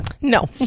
No